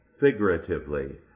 figuratively